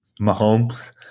Mahomes